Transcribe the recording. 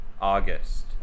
August